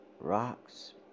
rocks